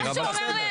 מה שהוא אומר לי,